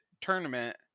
tournament